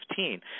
2015